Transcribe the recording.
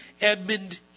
Edmund